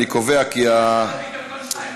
אני קובע כי, דבר בשקט, שלא יקלטו אותך בפרוטוקול.